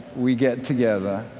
we get together